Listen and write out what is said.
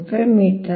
75 metre